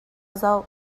zoh